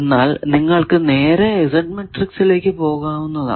എന്നാൽ നിങ്ങൾക്കു നേരെ Z മാട്രിക്സിലേക്കു പോകാവുന്നതാണ്